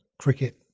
cricket